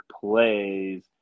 Plays